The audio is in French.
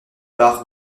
part